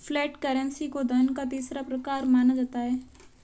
flat currency को धन का तीसरा प्रकार माना जाता है